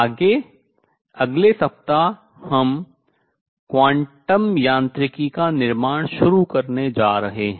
आगे अगले सप्ताह हम क्वांटम यांत्रिकी का निर्माण शुरू करने जा रहे हैं